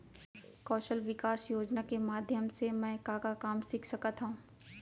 कौशल विकास योजना के माधयम से मैं का का काम सीख सकत हव?